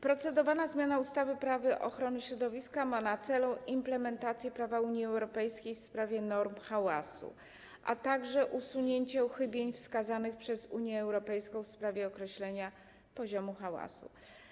Procedowana zmiana ustawy Prawo ochrony środowiska ma na celu implementację prawa Unii Europejskiej w sprawie norm hałasu, a także usunięcie uchybień wskazanych przez Unię Europejską w sprawie określenia poziomu hałasu.